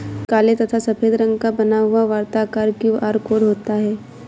काले तथा सफेद रंग का बना हुआ वर्ताकार क्यू.आर कोड होता है